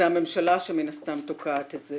זה הממשלה שמן הסתם תוקעת את זה.